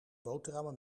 boterhammen